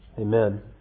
Amen